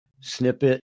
snippet